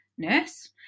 nurse